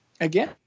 again